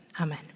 amen